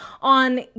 on